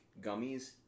gummies